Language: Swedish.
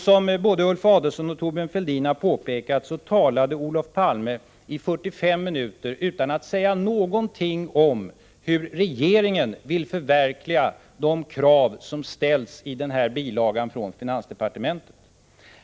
Som både Ulf Adelsohn och Thorbjörn Fälldin har påpekat talade Olof Palme i 45 minuter utan att säga något om hur regeringen vill förverkliga de krav som tas upp i bilagan från finansdepartementet.